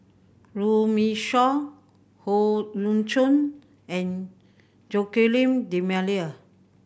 Runme Shaw Howe Yoon Chong and Joaquim D'Almeida